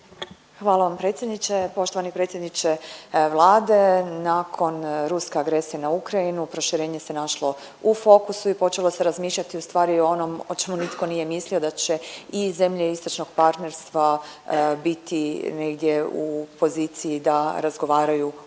Hvala vam predsjedniče. Poštovani predsjedniče Vlade, nakon ruske agresije na Ukrajinu proširenje se našlo u fokusu u počelo se razmišljati ustvari o onom o čemu nije mislio da će i zemlje istočnog partnerstva biti negdje u poziciji da razgovaraju o